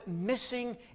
missing